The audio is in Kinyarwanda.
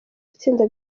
itsinda